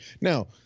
Now